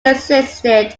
existed